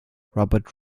robert